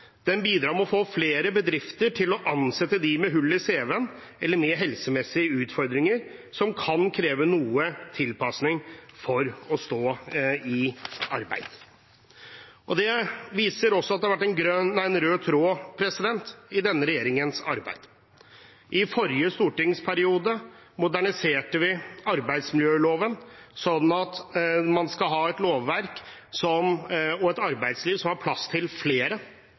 Den bidrar ved å få flere bedrifter til å ansette dem med hull i cv-en eller helsemessige utfordringer som kan kreve noe tilpassing for å stå i arbeid. Dette viser også at det har vært en rød tråd i denne regjeringens arbeid. I forrige stortingsperiode moderniserte vi arbeidsmiljøloven slik at vi får et lovverk og et arbeidsliv som har plass til flere.